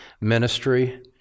ministry